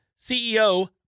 CEO